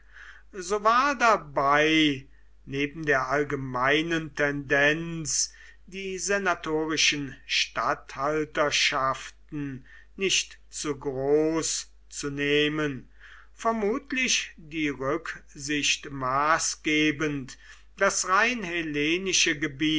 so war dabei neben der allgemeinen tendenz die senatorischen statthalterschaften nicht zu groß zu nehmen vermutlich die rücksicht maßgebend